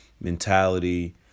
mentality